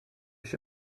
się